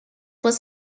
was